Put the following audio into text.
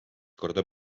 korda